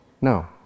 No